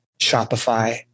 Shopify